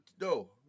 no